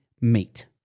meet